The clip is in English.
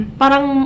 parang